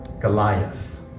Goliath